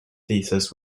thesis